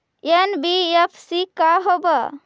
NBFC का होब?